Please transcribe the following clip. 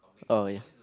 oh